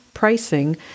pricing